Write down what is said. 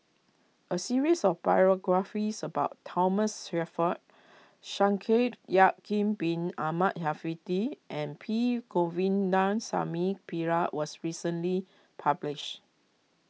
a series of biographies about Thomas Shelford Shaikh Yahya Bin Ahmed Afifi and P Govindasamy Pillai was recently publish